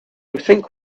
think